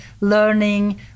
learning